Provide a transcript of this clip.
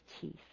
Teeth